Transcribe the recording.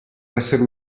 essere